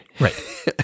Right